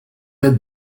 être